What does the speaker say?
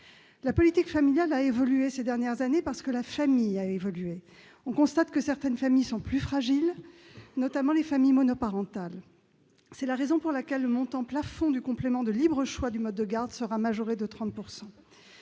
La politique familiale a évolué ces dernières années, parce que la famille a évolué. On constate que certaines familles sont plus fragiles, notamment les familles monoparentales. C'est la raison pour laquelle le montant plafond du complément de libre choix du mode de garde sera majoré de 30 %.